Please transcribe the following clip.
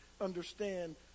understand